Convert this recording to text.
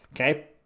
okay